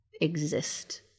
exist